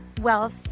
wealth